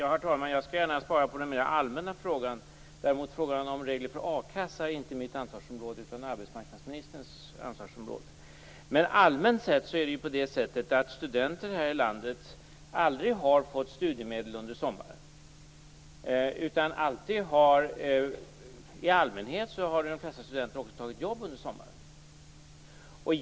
Herr talman! Jag skall gärna svara på den mer allmänna frågan. Frågan om regler för a-kassa ligger däremot inte inom mitt ansvarsområde utan hör till arbetsmarknadsministerns. Allmänt sett har studenter här i landet aldrig fått studiemedel under sommaren, utan i allmänhet har de flesta studenter tagit jobb under sommaren.